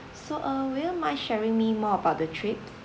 so uh would you mind sharing me more about the trip